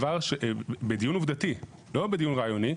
בהתכתבות בדיון עובדתי, לא בדיון רעיוני,